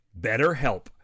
BetterHelp